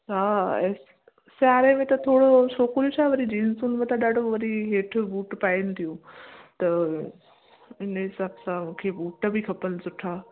हा ऐं सीआरे में त थोरो छोकिरियूं छा वरी जींसुन मथां ॾाढो वरी हेठ बूट पाइन थियूं त इन हिसाब सां मूंखे बूट बि खपनि सुठा